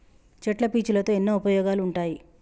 చెట్ల పీచులతో ఎన్నో ఉపయోగాలు ఉంటాయి